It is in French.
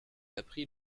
apprit